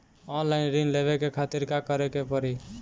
Online ऋण लेवे के खातिर का करे के पड़ी?